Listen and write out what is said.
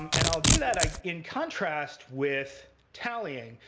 and i'll do that in contrast with tallying.